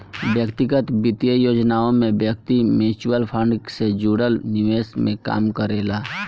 व्यक्तिगत वित्तीय योजनाओं में व्यक्ति म्यूचुअल फंड से जुड़ल निवेश के काम करेला